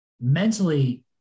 mentally –